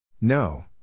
No